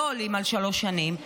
לא עולה על שלוש שנים,